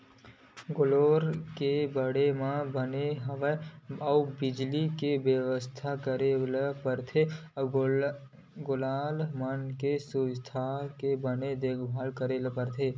गोल्लर के बाड़ा म बने हवा अउ बिजली के बेवस्था करे ल परथे गोल्लर मन के सुवास्थ के बने देखभाल करे ल परथे